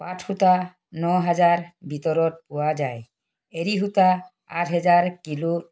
পাট সূতা ন হেজাৰ ভিতৰত পোৱা যায় এড়ী সূতা আঠ হেজাৰ কিলো